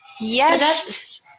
Yes